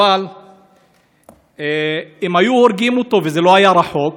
אבל אם היו הורגים אותו, וזה לא היה רחוק,